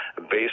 based